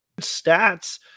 stats